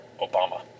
Obama